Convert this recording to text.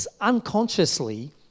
unconsciously